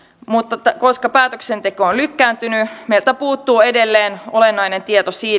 mutta koska päätöksenteko on lykkääntynyt meiltä puuttuu edelleen olennainen tieto siitä mikä